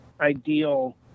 ideal